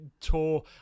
tour